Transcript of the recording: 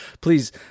Please